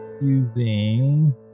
using